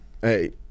hey